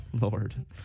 Lord